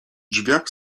drzwiach